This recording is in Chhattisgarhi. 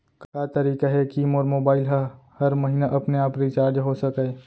का तरीका हे कि मोर मोबाइल ह हर महीना अपने आप रिचार्ज हो सकय?